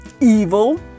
evil